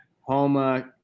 Homa